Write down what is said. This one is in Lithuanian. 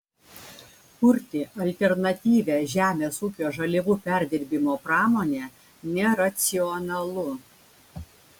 kurti alternatyvią žemės ūkio žaliavų perdirbimo pramonę neracionalu